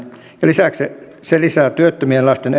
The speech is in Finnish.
ja lisäksi se se lisää työttömien lasten